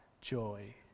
joy